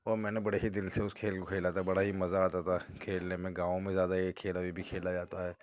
اور میں نے بڑے ہی دِل سے اُس کھیل کو کھیلا تھا بڑا ہی مزہ آتا تھا کھیلنے میں گاؤں میں زیادہ یہ کھیل ابھی بھی کھیلا جاتا ہے